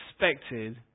expected